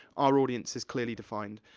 our audience is clearly defined.